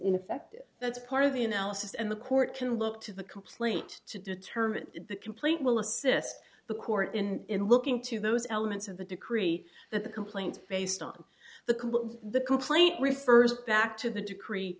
in effect that's part of the analysis and the court can look to the complaint to determine the complaint will assist the court and in looking to those elements of the decree that the complaint based on the complaint the complaint refers back to the decree